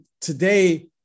today